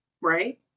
right